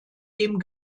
dem